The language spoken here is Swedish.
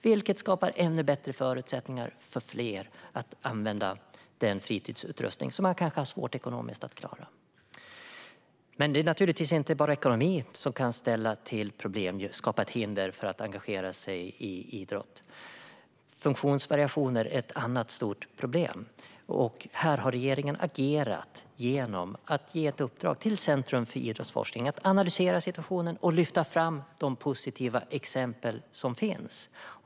Det skapar ännu bättre förutsättningar för fler att använda fritidsutrustning som man kanske har svårt att klara av själv ekonomiskt. Inte bara ekonomi kan vara ett hinder för att engagera sig i idrott. Funktionsvariationer är ett annat stort problem. Här har regeringen agerat genom att ge Centrum för idrottsforskning i uppdrag att analysera situationen och lyfta fram de positiva exempel som finns.